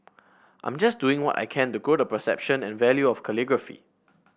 I'm just doing what I can to grow the perception and value of calligraphy